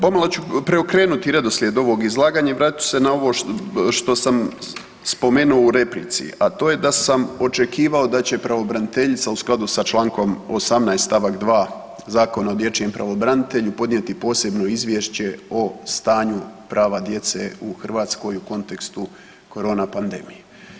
Pomalo ću preokrenuti redoslijed ovog izlaganja i vratit ću se na ovo što sam spomenuo u replici, a to je da sam očekivao da će pravobraniteljica u skladu sa Člankom 18. stavak 2. Zakona o dječjem pravobranitelju podnijeti posebno izvješće o stanju prava djece u Hrvatskoj u kontekstu korona pandemije.